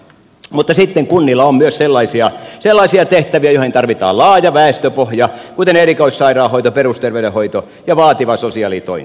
mutta sitten kunnilla on myös sellaisia tehtäviä joihin tarvitaan laaja väestöpohja kuten erikoissairaanhoito perusterveydenhoito ja vaativa sosiaalitoimi